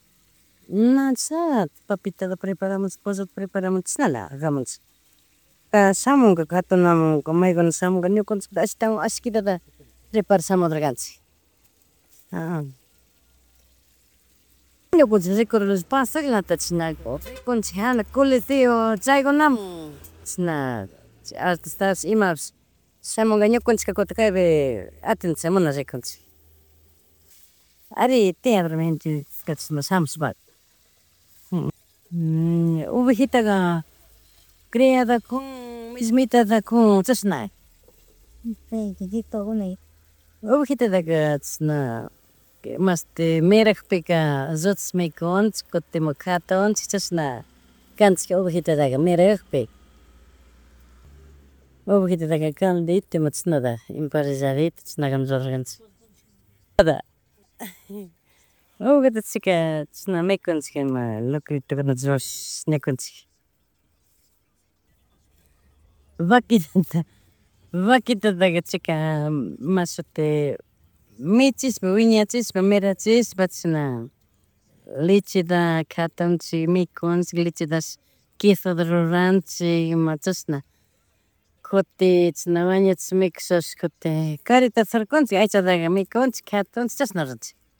Na chashnala papitata preparamush, pollota preparamush chishnala ramunchik, shamunka katunamun maykunka shamunka ñukanchikta ashitawan, ashitakitata preparash shamudur kanchik. Ñukanchik rikudor pashaklata chashna rikunchik hanakta coliseo chaykunamun, chashna, artistapish imapish shamunga ñukanchikka kutin kaypi atendisha mana rikunchik ari tiyadormi, chashna shamushpaka. ovejitaga, criadakun, mishmitata kun chashnaka, ovejitataka chishna mashti mirakpika, lluchushpa mikunchik kuti jatunchik chasna, kanchika ovejitataka mirakpika ovejitataka calditota ima chishnata, emparrilladito chishnakunata ruraganchik. ovejata chika chishna mikunchik ima lucritoguna mikunchik, vaquitata, vaquitataka, chika mashuti michishpa, wiñachishpa mirachishpa chishna lecheta katuchik mikunchik, lechetapish quesota ruranchik ima chashna kutin chishna wañuchish mikushabish, kutin karitata surkunchik, aychataka mikunchik, katunchik, chashna ruanchik